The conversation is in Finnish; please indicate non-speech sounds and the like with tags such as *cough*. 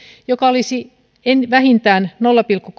joka olisi vähintään nolla pilkku *unintelligible*